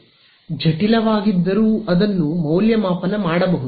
ಜಠಿಲವಾಗಿದ್ದರೂ ಅದನ್ನು ಮೌಲ್ಯಮಾಪನ ಮಾಡಬಹುದು